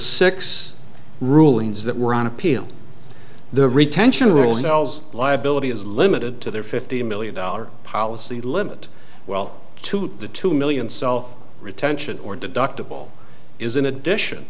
six rulings that were on appeal the retention ruling l's liability is limited to their fifty million dollar policy limit well to two million self retention or deductible is in addition